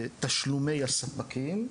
בתשלומי הספקים.